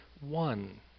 one